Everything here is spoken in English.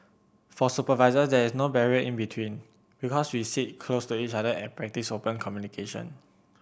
for supervisors there is no barrier in between because we sit close to each other and practice open communication